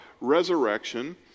resurrection